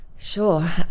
Sure